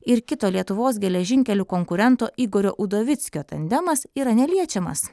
ir kito lietuvos geležinkelių konkurento igorio udovickio tandemas yra neliečiamas